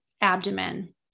abdomen